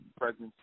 presence